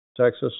Texas